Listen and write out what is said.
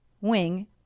wing